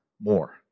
more